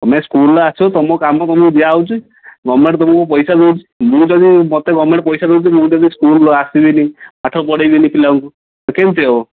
ତୁମେ ସ୍କୁଲର ଆସିବ ତୁମ କାମ ତୁମକୁ ଦିଆ ହେଉଛି ଗଭର୍ଣ୍ଣମେଣ୍ଟ୍ ତୁମକୁ ପଇସା ଦେଉଛି ମୁଁ ଯଦି ମୋତେ ଗଭର୍ଣ୍ଣମେଣ୍ଟ୍ ପଇସା ଦେଉଛି ମୁଁ ଯଦି ସ୍କୁଲ ନ ଆସିବିନି ପାଠ ପଢାଇବିନି ପିଲାଙ୍କୁ ତ କେମିତି ହେବ